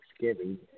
Thanksgiving